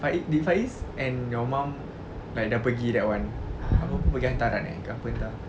faiz did faiz and your mum like dah pergi that [one] pergi hantaran eh ke apa entah